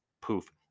poof